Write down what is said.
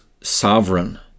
sovereign